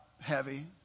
heavy